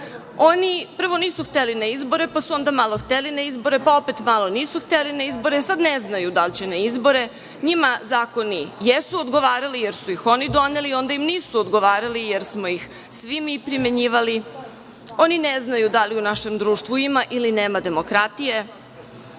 Oni prvo nisu hteli na izbore, pa su onda malo hteli na izbore, pa opet malo nisu hteli na izbore, a sad ne znaju da li će na izbore. Njima zakoni jesu odgovarali jer su ih oni doneli, a onda im nisu odgovarali jer smo ih svi mi primenjivali. Oni ne znaju da li u našem društvu ima ili nema demokratije. Da